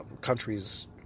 countries